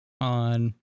on